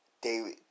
David